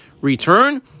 return